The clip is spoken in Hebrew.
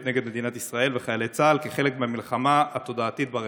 נגד מדינת ישראל וחיילי צה"ל כחלק מהמלחמה התודעתית ברשת?